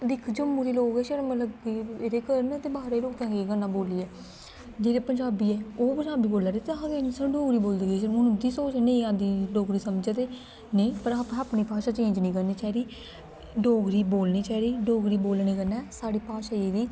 दिक्ख जम्मू दे लोग गै शर्म लग्गी पे एह्दे च करन ते बाह्रे दे लोकें केह् करना बोल्लियै जेह्ड़े पंजाबियै ओह् पंजाबी बोला दे ते अह् कैं निं सानूं डोगरी बोलदे केह्दी शर्म ऐ उं'दी हून सोच ऐ नेईं औंदी डोगरी समझ ते नेईं पर अस अस अपनी भाशा चेंज निं करनी चाहिदी डोगरी बोलनी चाहिदी डोगरी बोलने कन्नै साढ़ी भाशा जेह्ड़ी